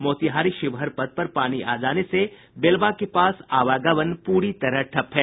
मोतिहारी शिवहर पथ पर पानी आ जाने से बेलवा के पास आवागमन प्ररी तरह ठप है